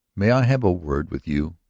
may i have a word with you?